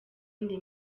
ndi